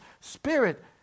spirit